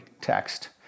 text